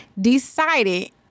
decided